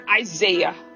Isaiah